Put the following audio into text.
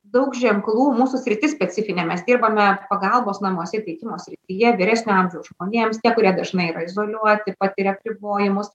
daug ženklų mūsų sritis specifinė mes dirbame pagalbos namuose teikimo srityje vyresnio amžiaus žmonėms tie kurie dažnai yra izoliuoti patiria apribojimus